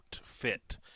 fit